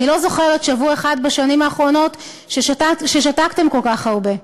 אני לא זוכרת שבוע אחד בשנים האחרונות ששתקתם כל כך הרבה.